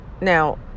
Now